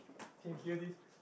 can hear this